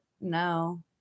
no